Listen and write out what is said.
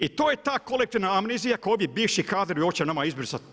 I to je ta kolektivna amnezija, koji ovi bivši kadrovi hoće nama izbrisati.